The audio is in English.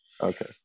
Okay